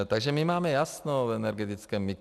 Takže my máme jasno v energetickém mixu.